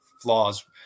flaws